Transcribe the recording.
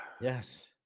Yes